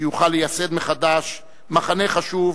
שיוכל לייסד מחדש מחנה חשוב,